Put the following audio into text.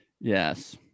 Yes